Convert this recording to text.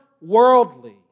worldly